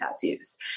tattoos